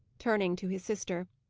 turning to his sister.